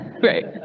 great